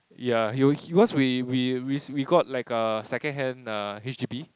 yeah he was cause we we we we got like a second hand h_d_b